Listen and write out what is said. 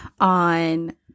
on